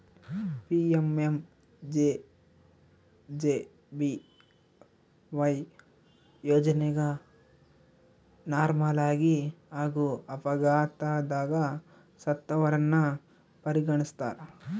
PMMJJBY ಯೋಜನೆಗ ನಾರ್ಮಲಾಗಿ ಹಾಗೂ ಅಪಘಾತದಗ ಸತ್ತವರನ್ನ ಪರಿಗಣಿಸ್ತಾರ